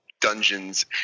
dungeons